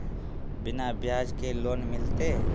बिना ब्याज के लोन मिलते?